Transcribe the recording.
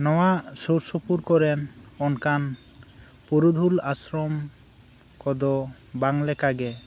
ᱱᱚᱣᱟ ᱥᱩᱨ ᱥᱩᱯᱩᱨ ᱠᱚᱨᱮᱱ ᱚᱱᱠᱟᱱ ᱯᱩᱨᱩᱫᱷᱩᱞ ᱟᱥᱨᱚᱢ ᱠᱚᱫᱚ ᱵᱟᱝᱞᱮᱠᱟ ᱜᱮ